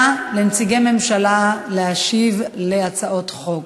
על נציגי ממשלה המשיבים על הצעות חוק.